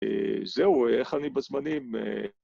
‫זהו, איך אני בזמנים?